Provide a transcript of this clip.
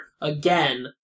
again